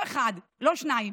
לא אחד, לא שניים.